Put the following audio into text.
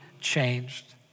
changed